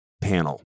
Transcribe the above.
panel